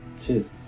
Cheers